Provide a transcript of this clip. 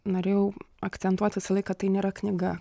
norėjau akcentuoti visą laiką kad tai nėra knyga